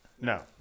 No